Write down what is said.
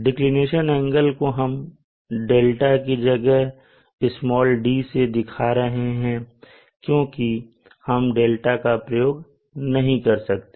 declination angle को हम delta की जगह "d" से दिखा रहे हैं क्योंकि हम डेल्टा का प्रयोग नहीं कर सकते